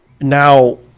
Now